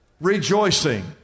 rejoicing